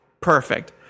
Perfect